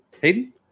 Hayden